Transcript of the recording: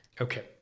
Okay